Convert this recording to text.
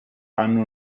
hanno